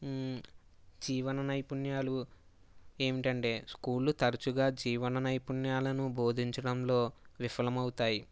జీవన నైపుణ్యాలు ఏమిటంటే స్కూలు తరచుగా జీవన నైపుణ్యాలను బోధించడంలో విఫలమవుతాయి